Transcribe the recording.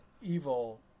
evil